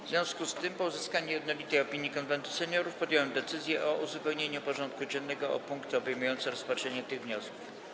W związku z tym, po uzyskaniu jednolitej opinii Konwentu Seniorów, podjąłem decyzję o uzupełnieniu porządku dziennego o punkty obejmujące rozpatrzenie tych wniosków.